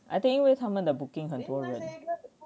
I think 因为他们的 booking 很多人